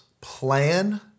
plan